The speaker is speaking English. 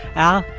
al,